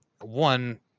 one